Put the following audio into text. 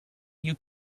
you